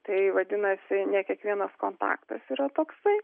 tai vadinasi ne kiekvienas kontaktas yra toksai